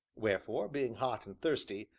wherefore, being hot and thirsty,